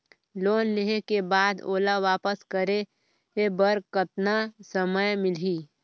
Loan लेहे के बाद ओला वापस करे बर कतना समय मिलही?